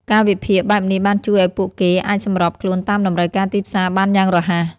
ការវិភាគបែបនេះបានជួយឱ្យពួកគេអាចសម្របខ្លួនតាមតម្រូវការទីផ្សារបានយ៉ាងរហ័ស។